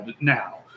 now